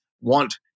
want